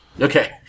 Okay